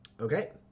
okay